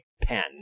pen